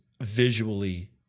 visually